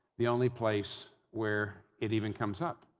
the only place where it even comes up,